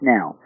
Now